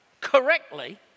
correctly